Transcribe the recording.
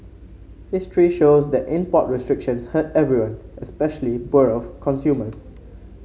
history shows that import restrictions hurt everyone especially poorer consumers